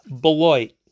Beloit